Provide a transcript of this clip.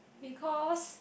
because